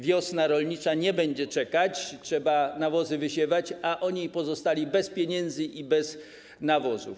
Wiosna rolnicza nie będzie czekać, trzeba nawozy wysiewać, a oni pozostali bez pieniędzy i bez nawozów.